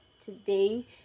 today